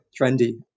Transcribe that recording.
trendy